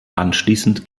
anschließend